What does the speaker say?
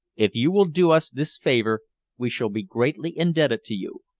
if you will do us this favor we shall be greatly indebted to you.